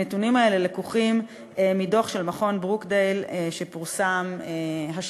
הנתונים האלה לקוחים מדוח של מכון ברוקדייל שפורסם השנה.